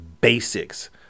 basics